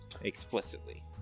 Explicitly